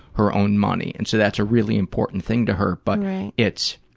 her own money, and so that's a really important thing to her, but it's,